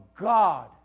God